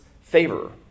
favor